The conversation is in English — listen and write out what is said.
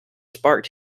sparked